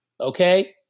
Okay